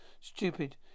stupid